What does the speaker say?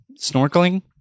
snorkeling